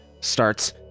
starts